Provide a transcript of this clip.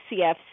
CFC